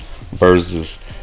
versus